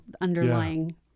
underlying